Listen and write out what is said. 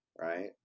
right